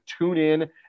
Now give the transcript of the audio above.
TuneIn